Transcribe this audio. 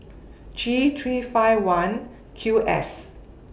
G three five one Q S